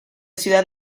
ciudad